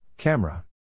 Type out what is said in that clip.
Camera